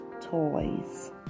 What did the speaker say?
toys